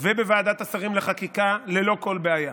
ובוועדת השרים לחקיקה ללא כל בעיה.